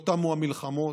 לא תמו המלחמות